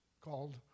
called